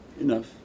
enough